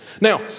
Now